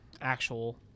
actual